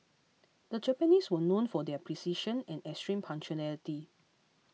the Japanese were known for their precision and extreme punctuality